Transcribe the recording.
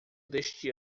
deste